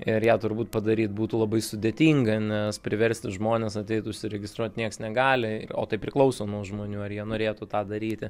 ir ją turbūt padaryt būtų labai sudėtinga nes priversti žmones ateit užsiregistruot nieks negali o tai priklauso nuo žmonių ar jie norėtų tą daryti